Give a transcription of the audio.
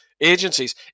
agencies